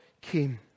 came